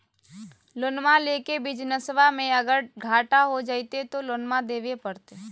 लोनमा लेके बिजनसबा मे अगर घाटा हो जयते तो लोनमा देवे परते?